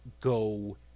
go